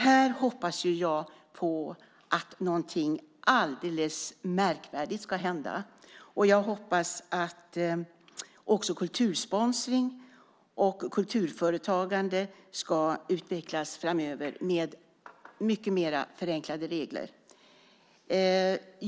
Här hoppas jag på att någonting alldeles märkvärdigt ska hända. Jag hoppas också att kultursponsring och kulturföretagande ska utvecklas framöver med mycket mer förenklade regler.